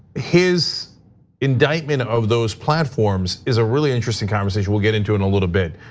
his indictment of those platforms is a really interesting conversation we'll get into in a little bit.